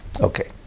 Okay